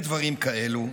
כבוד היושב-ראש,